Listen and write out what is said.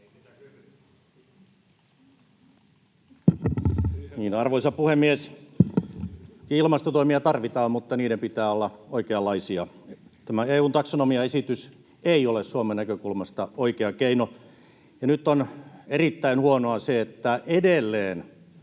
Arvoisa puhemies! Ilmastotoimia tarvitaan, mutta niiden pitää olla oikeanlaisia. Tämä EU-taksonomiaesitys ei ole Suomen näkökulmasta oikea keino. Ja nyt on erittäin huonoa se, että edelleen